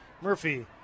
Murphy